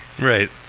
Right